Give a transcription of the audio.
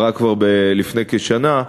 קרה כבר לפני כשנה: